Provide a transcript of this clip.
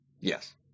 Yes